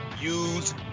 use